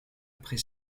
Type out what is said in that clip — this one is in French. après